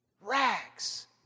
Rags